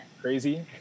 crazy